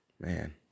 man